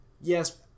Yes